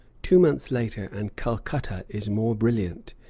two months later and calcutta is more brilliant,